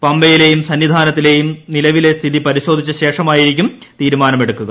പമ്പയിലെയും സന്നിധാനത്തെയും നിലവിലെ സ്ഥിതി പരിശോധിച്ച ശേഷമായിരിക്കും തീരുമാനമെടുക്കുക